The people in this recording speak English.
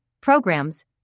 programs